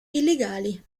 illegali